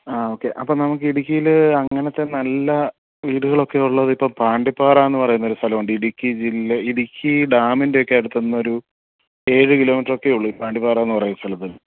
ആ ഓക്കെ അപ്പം നമുക്ക് ഇടുക്കിയിൽ അങ്ങനത്തെ നല്ല വീടുകളൊക്കെ ഉള്ളത് ഇപ്പം പാണ്ടിപ്പാറ എന്ന് പറയുന്നൊരു സ്ഥലമുണ്ട് ഇടുക്കി ജില്ല ഇടുക്കി ഡാമിൻ്റെ ഒക്കെ അടുത്ത് നിന്നൊരു ഏഴ് കിലോമീറ്ററൊക്കെ ഉള്ളു ഈ പാണ്ടിപ്പാറാന്ന് പറയുന്ന സ്ഥലത്തിന്